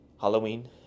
Halloween